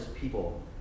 people